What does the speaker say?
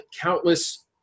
countless